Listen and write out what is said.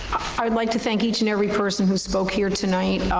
i'd like to thank each and every person who spoke here tonight,